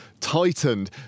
tightened